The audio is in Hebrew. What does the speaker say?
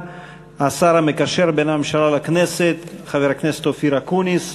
השר המקשר בין הממשלה לכנסת חבר הכנסת אופיר אקוניס,